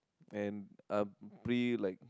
and uh bring like